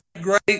great